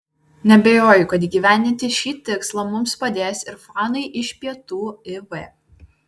neabejoju kad įgyvendinti šį tikslą mums padės ir fanai iš pietų iv